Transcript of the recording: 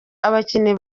abakinnyi